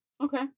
Okay